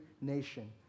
nation